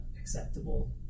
acceptable